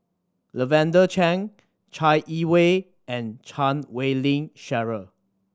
Lavender Chang Chai Yee Wei and Chan Wei Ling Cheryl